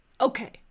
okay